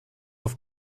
auf